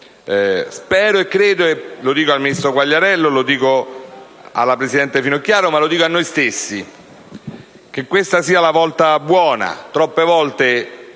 Spero e credo - lo dico al ministro Quagliariello, alla presidente Finocchiaro e a noi stessi - che questa sia la volta buona: troppe volte